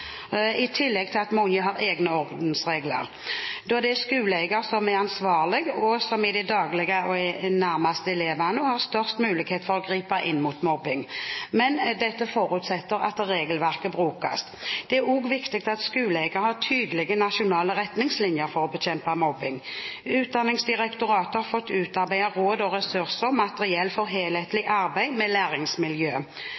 i tillegg til at mange har egne ordensregler. Det er skoleeier som er ansvarlig, og som i det daglige er nærmest elevene og har størst mulighet for å gripe inn mot mobbing. Men dette forutsetter at regelverket brukes. Det er også viktig at skoleeier har tydelige nasjonale retningslinjer for å bekjempe mobbing. Utdanningsdirektoratet har for skolen fått utarbeidet Råd og ressurser – Materiell for